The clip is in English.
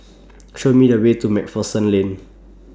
Show Me The Way to MacPherson Lane